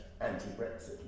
anti-Brexit